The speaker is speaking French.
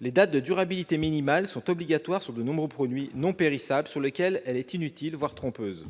Les dates de durabilité minimale, ou DDM, sont obligatoires sur de nombreux produits non périssables sur lesquels elle est inutile, voire trompeuse.